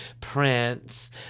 Prince